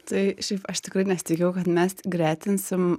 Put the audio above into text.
tai šiaip aš tikrai nesitikėjau kad mes gretinsim